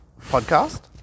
Podcast